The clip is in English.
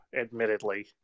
admittedly